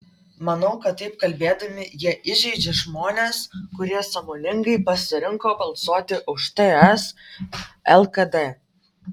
manau kad taip kalbėdami jie įžeidžia žmones kurie sąmoningai pasirinko balsuoti už ts lkd